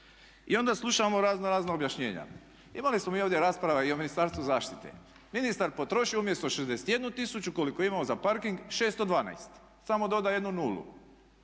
I onda slušamo raznorazna objašnjenja. Imali smo mi ovdje rasprava i o Ministarstvu zaštite. Ministar potroši umjesto 61 tisuću koliko je imao za parking 612, samo doda jednu nulu.